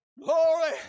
Glory